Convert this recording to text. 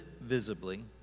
visibly